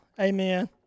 Amen